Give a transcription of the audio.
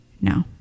No